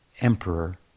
emperor